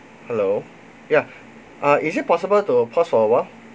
hello ya ah is it possible to pause for a while